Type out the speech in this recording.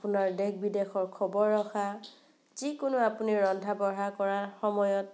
আপোনাৰ দেশ বিদেশৰ খবৰ ৰখা যিকোনো আপুনি ৰন্ধা বঢ়া কৰাৰ সময়ত